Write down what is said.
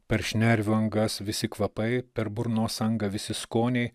per šnervių angas visi kvapai per burnos angą visi skoniai